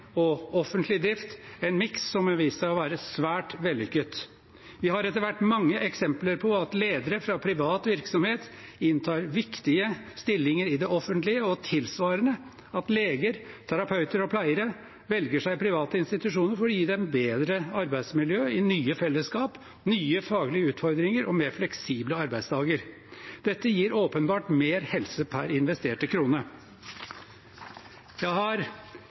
og offentlig drift – en miks som har vist seg å være svært vellykket. Vi har etter hvert mange eksempler på at ledere fra privat virksomhet inntar viktige stillinger i det offentlige, og tilsvarende – at leger, terapeuter og pleiere velger seg private institusjoner fordi det gir dem bedre arbeidsmiljø i nye fellesskap, nye faglige utfordringer og mer fleksible arbeidsdager. Dette gir åpenbart mer helse per investerte krone. Jeg har